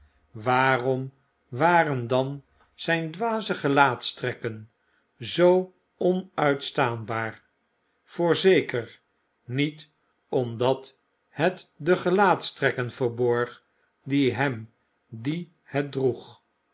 waarom waren dan zyn dwaze gelaatstrekken zoo onuitstaanbaar voorzeker niet omdat het de gelaatstrekken verborg van hen die het droeg